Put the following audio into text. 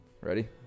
Ready